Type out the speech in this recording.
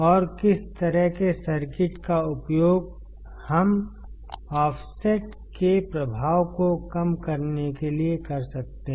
और किस तरह के सर्किट का उपयोग हम ऑफसेट के प्रभाव को कम करने के लिए कर सकते हैं